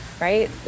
right